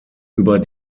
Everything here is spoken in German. über